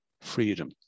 freedom